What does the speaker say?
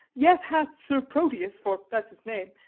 yet hath sir proteus, for that's his name,